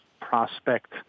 prospect